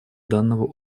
данного